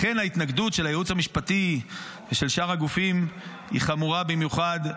לכן ההתנגדות של הייעוץ המשפטי ושל שאר הגופים היא חמורה במיוחד.